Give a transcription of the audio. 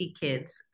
Kids